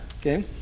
Okay